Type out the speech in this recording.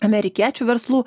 amerikiečių verslų